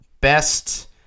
best